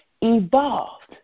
evolved